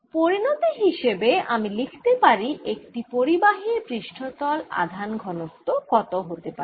পরিণতি হিসেবে আমি লিখতে পারি একটি পরিবাহীর পৃষ্ঠতল আধান ঘনত্ব কত হতে পারে